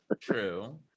True